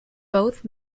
both